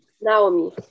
Naomi